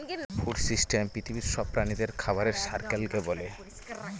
food system পৃথিবীর সব প্রাণীদের খাবারের সাইকেলকে বলে